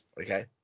Okay